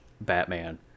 batman